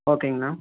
ஓகேங்கண்ணா